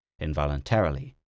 Involuntarily